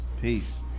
peace